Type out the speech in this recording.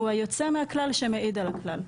הוא היוצא מן הכלל שמעיד על הכלל.